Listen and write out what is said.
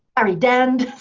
um dand.